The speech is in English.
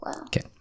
Okay